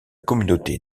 communauté